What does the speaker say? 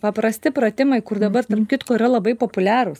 paprasti pratimai kur dabar tarp kitko yra labai populiarūs